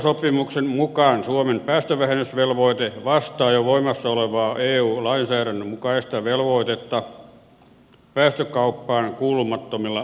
taakanjakosopimuksen mukaan suomen päästövähennysvelvoite vastaa jo voimassa olevaa eu lainsäädännön mukaista velvoitetta päästökauppaan kuulumattomilla sektoreilla